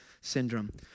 syndrome